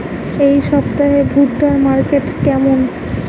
এই সপ্তাহে ভুট্টার মার্কেট কেমন?